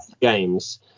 games